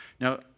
Now